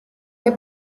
che